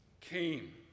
came